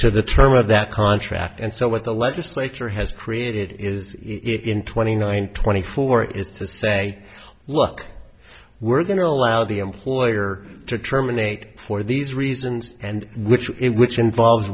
of that contract and so what the legislature has created is it in twenty nine twenty four is to say look we're going to allow the employer to terminate for these reasons and which it which involves